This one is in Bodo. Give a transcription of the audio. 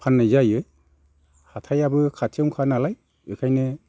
फाननाय जायो हाथायाबो खाथियावनोखा नालाय बेखायनो